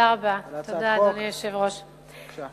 אדוני היושב-ראש, תודה.